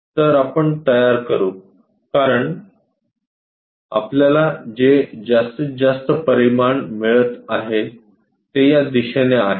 तर आपण तयार करू कारण आपल्याला जे जास्तीत जास्त परिमाण मिळत आहे ते या दिशेने आहेत